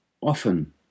often